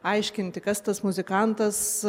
aiškinti kas tas muzikantas